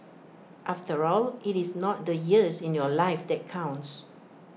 after all IT is not the years in your life that counts